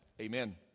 Amen